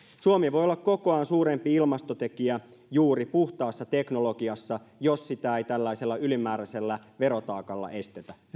suomi voi olla kokoaan suurempi ilmastotekijä juuri puhtaassa teknologiassa jos sitä ei tällaisella ylimääräisellä verotaakalla estetä